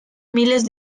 miles